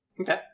Okay